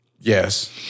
Yes